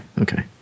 okay